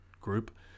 group